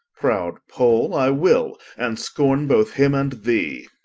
prowd poole, i will, and scorne both him and thee